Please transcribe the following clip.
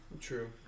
true